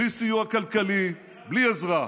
בלי סיוע כלכלי ובלי עזרה,